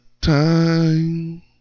time